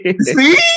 see